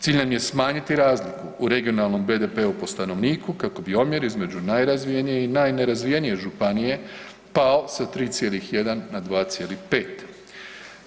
Cilj nam je smanjiti razliku u regionalnom BDP-u po stanovniku kako bi omjer između najrazvijenije i najnerazvijenije županije pao sa 3,1 na 2,5.